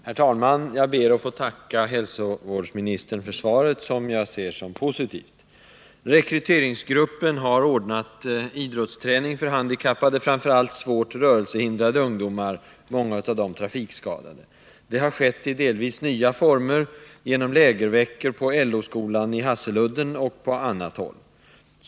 Herr talman! Jag ber att få tacka hälsovårdsministern för svaret, som är positivt. Rekryteringsgruppen har ordnat idrottsträning för handikappade, framför allt svårt rörelsehindrade ungdomar, många av dem trafikskadade. Det har skett i delvis nya former genom lägerveckor på LO-skolan i Hasseludden och på annat håll.